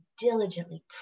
diligently